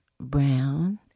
Brown